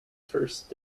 first